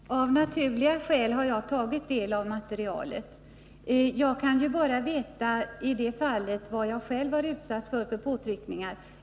Herr talman! Av naturliga skäl har jag tagit del av materialet. Och därför tycker jag att det är viktigt att tala om att jag inte har varit utsatt för påtryckningar.